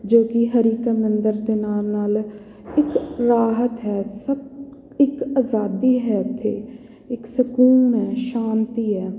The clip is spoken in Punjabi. ਜੋ ਕਿ ਹਰੀ ਕਾ ਮੰਦਰ ਦੇ ਨਾਮ ਨਾਲ ਇੱਕ ਰਾਹਤ ਹੈ ਸਭ ਇੱਕ ਅਜ਼ਾਦੀ ਹੈ ਇੱਥੇ ਇੱਕ ਸਕੂਨ ਹੈ ਸ਼ਾਂਤੀ ਹੈ